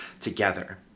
together